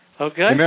Okay